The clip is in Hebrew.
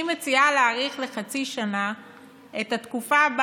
מציעה להאריך לחצי שנה את התקופה שבה